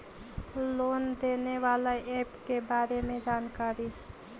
Loan देने बाला app के बारे मे जानकारी?